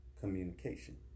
Communication